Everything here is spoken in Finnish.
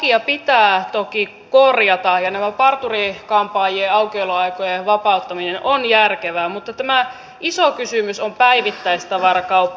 lakia pitää toki korjata ja näiden parturi kampaajien aukioloaikojen vapauttaminen on järkevää mutta tämä iso kysymys on päivittäistavarakauppa